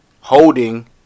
holding